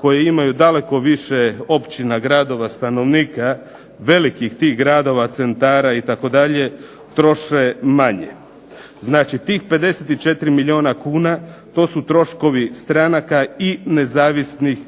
koje imaju daleko više općina, gradova, stanovnika, velikih tih gradova, centara itd., troše manje. Znači tih 54 milijuna kuna, to su troškovi stranaka i nezavisnih